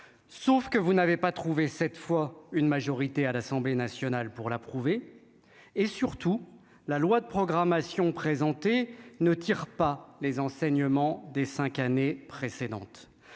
sauf que vous n'avez pas trouvé cette fois une majorité à l'Assemblée nationale pour l'approuver et surtout la loi de programmation présentée ne tire pas les enseignements des 5 années précédentes,